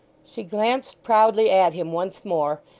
she glanced proudly at him once more,